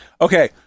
okay